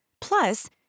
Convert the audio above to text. Plus